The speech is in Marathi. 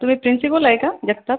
तुम्ही प्रिन्सिपल आहे का जगताप